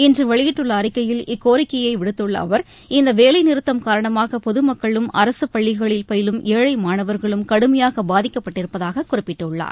இன்று வெளியிட்டுள்ள அறிக்கையில் இக்கோரிக்கையை விடுத்துள்ள அவர் இந்த வேலை நிறுத்தம் காரணமாக பொதுமக்களும் அரசுப் பள்ளிகளில் பயிலும் ஏழை மாணவர்களும் கடுமையாக பாதிக்கப்பட்டிருப்பதாக குறிப்பிட்டுள்ளார்